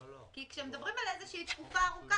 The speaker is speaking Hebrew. כי כשמדברים על תקופה ארוכה,